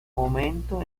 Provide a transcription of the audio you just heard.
momento